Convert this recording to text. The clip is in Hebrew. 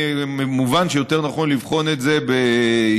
מובן שיותר נכון לבחון את זה בהסתכלות